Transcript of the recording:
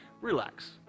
Relax